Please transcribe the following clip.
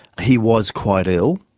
he was quite ill,